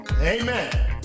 amen